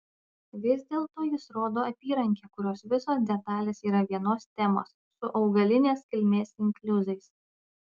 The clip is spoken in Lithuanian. vis dėlto jis rodo apyrankę kurios visos detalės yra vienos temos su augalinės kilmės inkliuzais